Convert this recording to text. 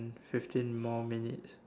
fifteen more minutes